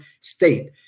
state